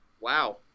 Wow